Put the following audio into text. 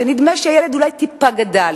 כשנדמה שהילד אולי טיפה גדל,